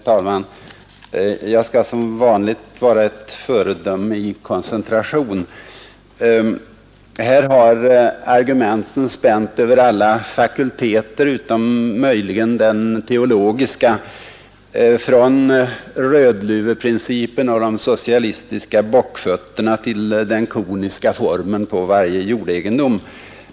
Herr talman! Jag skall som vanligt vara ett föredöme i koncentration! Här har argumenten spänt över alla fakulteter utom möjligen den teologiska — från rödluveprincipen och de socialistiska bockfötterna till den koniska formen på varje jordegendom.